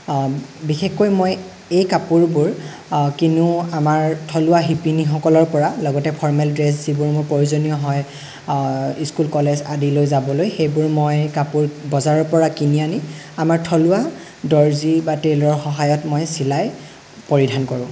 বিশেষকৈ মই এই কাপোৰবোৰ কিনো আমাৰ থলুৱা শিপিনীসকলৰ পৰা লগতে ফৰ্মেল ড্ৰেছ যিবোৰ মোৰ প্ৰয়োজনীয় হয় স্কুল কলেজ আদিলৈ যাবলৈ সেইবোৰ মই কাপোৰ বজাৰৰ পৰা কিনি আনি আমাৰ থলুৱা দৰ্জী বা টেইলাৰৰ সহায়ত মই চিলাই পৰিধান কৰোঁ